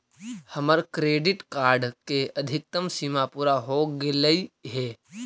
हमर credit card के अधिकतम सीमा पूरा हो गेलई हे